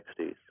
60s